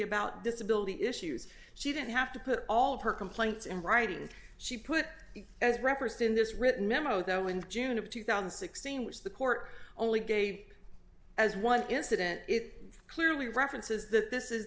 about disability issues she didn't have to put all of her complaints in writing she put as referenced in this written memo though in june of two thousand and sixteen which the court only gave as one incident it clearly references that this is